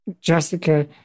Jessica